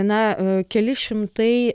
na keli šimtai